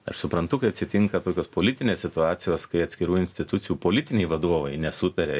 aš suprantu kai atsitinka tokios politinės situacijos kai atskirų institucijų politiniai vadovai nesutaria